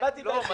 באתי בעל פה